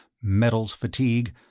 metals fatigue,